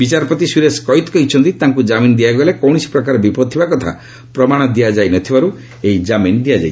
ବିଚାରପତି ସୁରେଶ କୈତ୍ କହିଛନ୍ତି ତାଙ୍କୁ ଜାମିନ୍ ଦିଆଗଲେ କୌଣସି ପ୍ରକାର ବିପଦ ଥିବା କଥା ପ୍ରମାଣ ଦିଆଯାଇ ନ ଥିବାରୁ ଏହି ଜାମିନ୍ ଦିଆଯାଇଛି